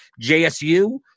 JSU